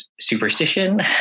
superstition